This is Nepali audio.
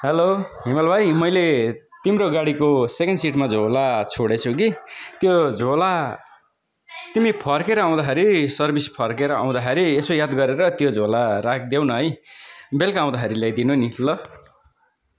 हेलो हिमाल भाइ मैले तिम्रो गाडीको सेकेन्ड सिटमा झोला छोडे छु कि त्यो झोला तिमी फर्केर आउँदाखेरि सर्भिस फर्केर आउँदाखेरि यसो याद गरेर त्यो झोला राखिदेउन है बेलुका आउँदाखेरि ल्याइदिनु नि ल